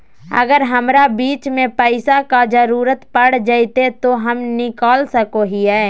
अगर हमरा बीच में पैसे का जरूरत पड़ जयते तो हम निकल सको हीये